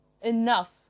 enough